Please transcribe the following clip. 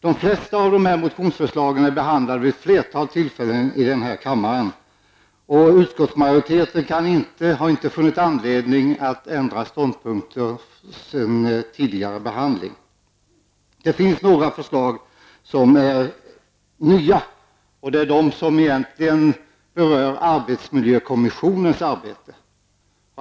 De flesta av motionsförslagen är behandlade vid ett flertal tillfällen i denna kammare, och utskottsmajoriteten har inte funnit anledning att ändra ståndpunkter sedan tidigare behandling. Det finns dock några förslag som är nya, och det är de som egentligen berör arbetsmiljökommissionens arbete.